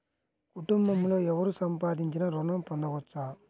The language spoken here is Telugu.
కుటుంబంలో ఎవరు సంపాదించినా ఋణం పొందవచ్చా?